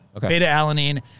Beta-alanine